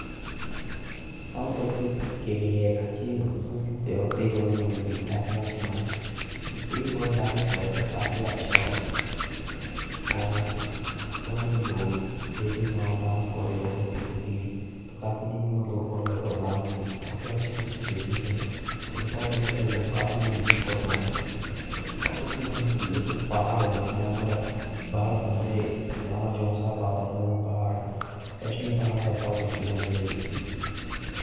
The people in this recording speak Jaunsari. South Africa के भी काफी अच्छा संस्कृति आ। ताइकाके लोगु का डांस बहुत अच्छा आ। साउथ आफ्रिका के लोग काफी मिल झुल कर रा।